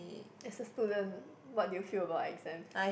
as a student what do you feel about exam